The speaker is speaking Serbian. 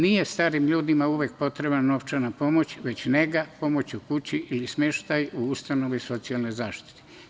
Nije starim ljudima uvek potrebna novčana pomoć, već nega, pomoć u kući ili smeštaj u ustanovi socijalne zaštite.